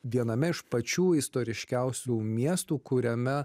viename iš pačių istoriškiausių miestų kuriame